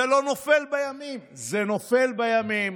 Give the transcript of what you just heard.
זה לא נופל בימים, זה נופל בימים.